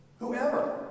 Whoever